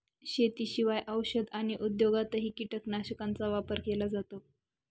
शेतीशिवाय औषध आणि उद्योगातही कीटकनाशकांचा वापर केला जातो